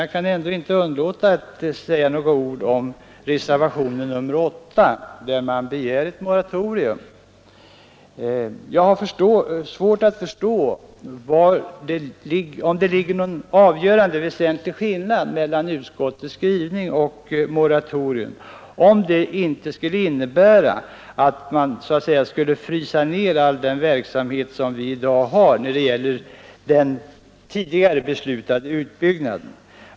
Jag kan emellertid inte underlåta att säga några ord om reservationen 8, där reservanterna begär ett moratorium. Jag har svårt att förstå att det skulle vara någon avgörande skillnad mellan det som utskottsmajoriteten föreslår i sin skrivning och ett moratorium, om det senare inte skulle innebära att man skulle frysa ned all den verksamhet som bedrivs i dag — dvs. tidigare beslutad utbyggnad.